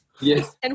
Yes